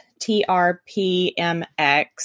TRPMX